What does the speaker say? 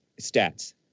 stats